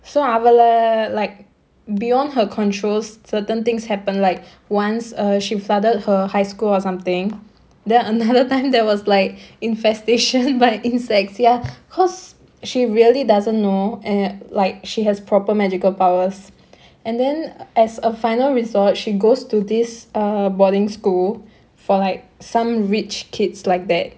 so அவள:avala like beyond her control certain things happen like once err she flooded her high school or something then another time there was like infestation by insects ya because she really doesn't know and like she has proper magical powers and then as a final resort she goes to this err boarding school for like some rich kids like that